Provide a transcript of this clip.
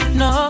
no